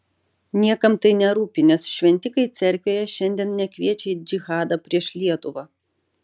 niekam tai nerūpi nes šventikai cerkvėje šiandien nekviečia į džihadą prieš lietuvą